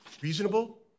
reasonable